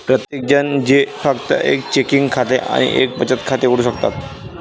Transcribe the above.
प्रत्येकजण जे फक्त एक चेकिंग खाते आणि एक बचत खाते उघडू शकतात